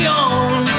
on